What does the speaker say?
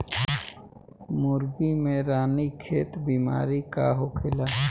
मुर्गी में रानीखेत बिमारी का होखेला?